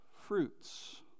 fruits